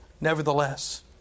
Nevertheless